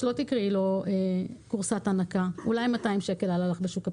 שלא תקראי לו כורסת הנקה אולי 200 שקל הוא עלה לך בשוק הפשפשים.